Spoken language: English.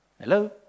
Hello